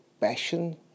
passion